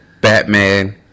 Batman